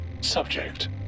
subject